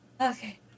Okay